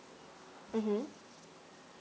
mm